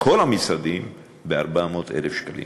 כל המשרדים ב-400,000 שקלים.